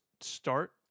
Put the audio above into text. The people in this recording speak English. start